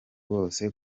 wose